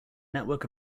network